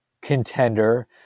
contender